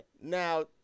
Now